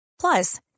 Plus